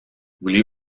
voulez